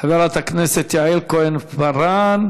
חברת הכנסת יעל כהן-פארן.